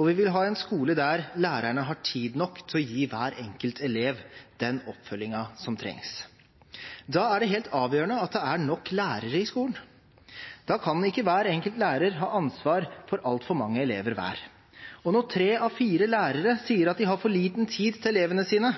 Vi vil ha en skole der lærerne har tid nok til å gi hver enkelt elev den oppfølgingen som trengs. Da er det helt avgjørende at det er nok lærere i skolen. Da kan ikke hver enkelt lærer ha ansvar for altfor mange elever hver. Når tre av fire lærere sier at de har for liten tid til elevene sine,